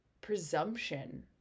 presumption